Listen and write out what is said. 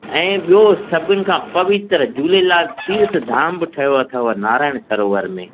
ऐं ॿियो सभिनि खां पवित्र झूलेलाल तीर्थ धाम बि ठहियो अथव नारायण सरोवर में